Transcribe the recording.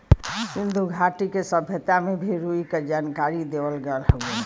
सिन्धु घाटी के सभ्यता में भी रुई क जानकारी देवल गयल हउवे